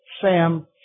Sam